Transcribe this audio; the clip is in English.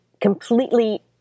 completely